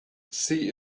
see